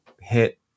hit